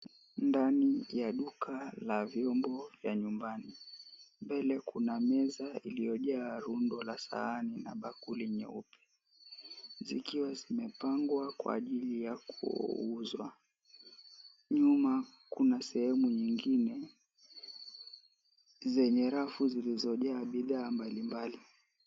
Ndani ya duka la vyombo vya nyumbani. Mbele kuna meza iliyojaa rundo la sahani na bakuli nyeupe zikiwa zimepangwa kwa ajili ya kuuzwa. Nyuma kuna sehemu nyingine zenye rafu zilizojaa bidhaa mbalimbali.